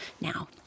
now